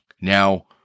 Now